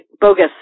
bogus